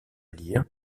lire